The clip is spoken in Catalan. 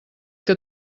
que